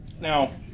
Now